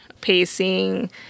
pacing